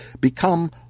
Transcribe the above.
become